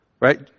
right